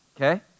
okay